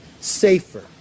safer